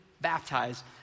baptized